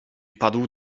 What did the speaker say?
padł